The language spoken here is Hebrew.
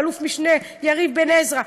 אלוף-משנה יריב בן עזרא,